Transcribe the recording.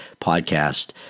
podcast